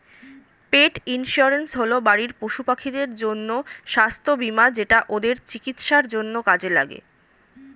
পেট insurance হল বাড়ির পশুপাখিদের জন্য স্বাস্থ্য বীমা যেটা ওদের চিকিৎসার জন্য কাজে লাগে